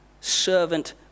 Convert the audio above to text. servant